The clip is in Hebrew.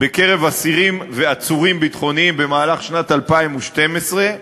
בקרב אסירים ועצורים ביטחוניים בשנת 2012,